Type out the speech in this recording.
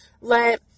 let